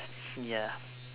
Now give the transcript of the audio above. ya